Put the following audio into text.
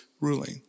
ruling